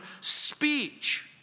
speech